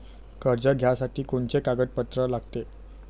कर्ज घ्यासाठी कोनचे कागदपत्र लागते?